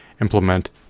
implement